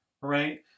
right